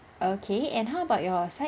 okay and how about your sid~